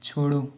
छोड़ो